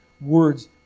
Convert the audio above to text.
words